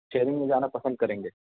sharing میں جانا پسند کریں گے